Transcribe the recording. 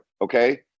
okay